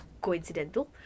coincidental